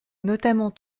notamment